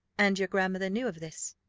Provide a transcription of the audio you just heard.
and your grandmother knew of this?